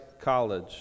college